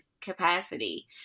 capacity